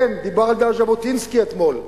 כן, דיברת על ז'בוטינסקי אתמול.